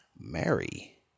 Mary